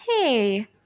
Hey